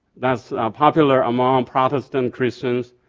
that's popular among um protestant christians